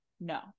no